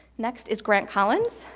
next is grant collins,